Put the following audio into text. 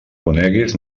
conegues